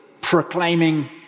proclaiming